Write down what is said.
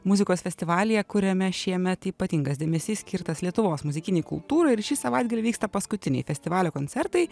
muzikos festivalyje kuriame šiemet ypatingas dėmesys skirtas lietuvos muzikinei kultūrai ir šį savaitgalį vyksta paskutiniai festivalio koncertai